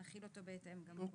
נחיל אותו בהתאם כאן.